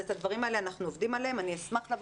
על הדברים האלה אנחנו עובדים ואני אשמח לבוא